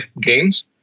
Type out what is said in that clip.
gains